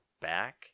back